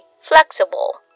flexible